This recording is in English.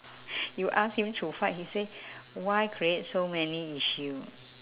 you ask him to fight he say why create so many issue